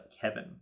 Kevin